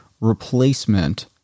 replacement